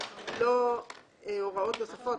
אבל לא הוראות נוספות,